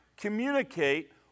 communicate